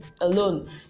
alone